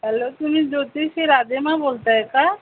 hello तुम्ही ज्योतिषी राधेमाँ बोलत आहे का